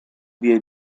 wir